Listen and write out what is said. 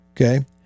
Okay